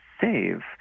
save